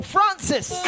Francis